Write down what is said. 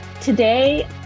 Today